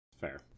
Fair